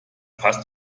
passt